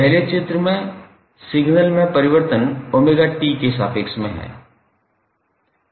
पहले चित्र में सिग्नल में परिवर्तन 𝜔𝑡 के सापेक्ष में है